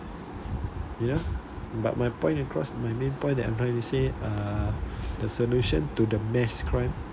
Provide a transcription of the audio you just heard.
you know but my point across my main point that I'm trying to say uh uh the solution to the mass crime